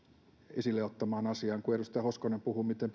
esille ottamaan asiaan kun edustaja hoskonen puhui miten